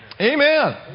Amen